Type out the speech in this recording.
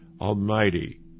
Almighty